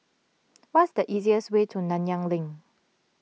what's the easiest way to Nanyang Link